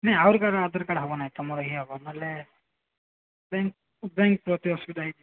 ନାଇଁ ଆହୁରି କାହାର ଆଧାର କାର୍ଡ଼ ହେବ ନାହିଁ ତୁମରି ହେବ ନହେଲେ ବ୍ୟାଙ୍କ୍ ବ୍ୟାଙ୍କ୍ ପ୍ରତି ଅସୁବିଧା ହେଇଯିବ